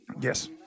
Yes